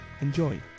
Enjoy